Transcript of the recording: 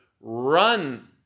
run